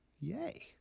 Yay